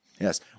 Yes